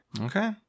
Okay